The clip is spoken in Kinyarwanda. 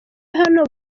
hano